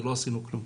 אז לא עשינו כלום.